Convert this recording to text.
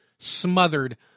Smothered